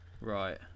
Right